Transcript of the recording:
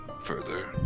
further